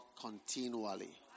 continually